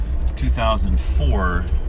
2004